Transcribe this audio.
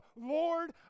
Lord